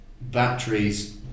batteries